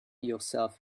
yourself